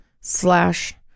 slash